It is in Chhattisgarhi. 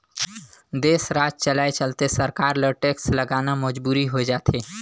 देस, राज चलाए चलते सरकार ल टेक्स लगाना मजबुरी होय जाथे